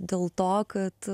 dėl to kad